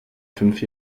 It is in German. fünf